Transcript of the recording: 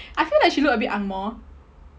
I feel like she look a bit angmoh